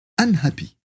unhappy